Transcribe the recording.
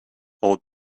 old